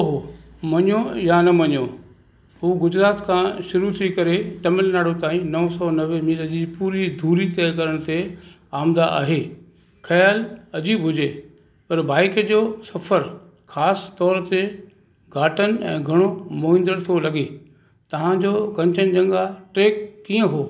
ओह मञो या न मञो हू गुजरात खां शुरू थी करे तमिलनाडु ताईं नव सौ नवे मील जी पूरी दूरी तय करण ते आमादा आहे ख़्यालु अजीब हुजे पर बाइक जो सफ़र ख़ासतौरि ते घाटनि ऐं घणो मोहींदड़ थो लॻे तव्हां जो कंचनजंगा ट्रैक कीअं हो